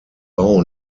bau